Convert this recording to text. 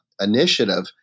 initiative